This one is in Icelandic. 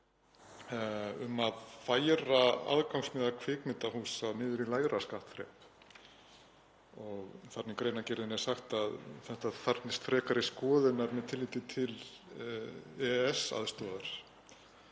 um að færa aðgangsmiða kvikmyndahúsa niður í lægra skattþrep. Í greinargerðinni er sagt að þetta þarfnist frekari skoðunar með tilliti til EES-aðstoðar.